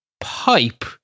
pipe